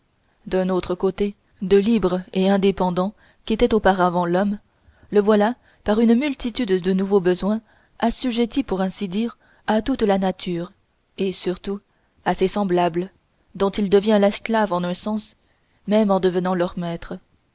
d'un autre côté de libre et indépendant qu'était auparavant l'homme le voilà par une multitude de nouveaux besoins assujetti pour ainsi dire à toute la nature et surtout à ses semblables dont il devient l'esclave en un sens même en devenant leur maître